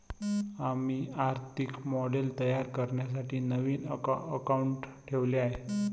आम्ही आर्थिक मॉडेल तयार करण्यासाठी नवीन अकाउंटंट ठेवले आहे